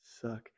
suck